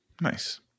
Nice